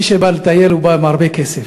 מי שבא לטייל בא עם הרבה כסף,